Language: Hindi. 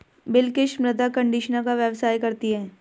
बिलकिश मृदा कंडीशनर का व्यवसाय करती है